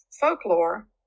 folklore